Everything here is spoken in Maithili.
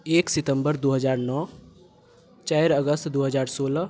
एक सितम्बर दू हजार नओ चारि अगस्त दू हजार सोलह